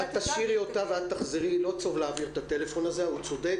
גם לי שאלה, בבקשה.